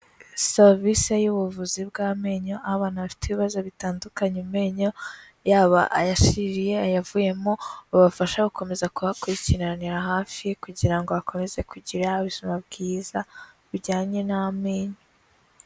Serivisi y'ubuvuzi bw'amenyo aho abantu bafite ibibazo bitandukanye mu menyo yaba aya shiririye, ayavuyemo babafasha gukomeza kuyakurikiranira hafi kugira ngo akomeze kugira ubuzima bwiza bujyanye n'amenyo.